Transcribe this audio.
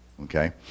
Okay